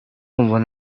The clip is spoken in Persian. عنوان